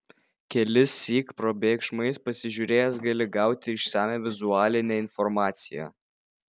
kelissyk probėgšmais pasižiūrėjęs gali gauti išsamią vizualinę informaciją